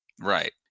right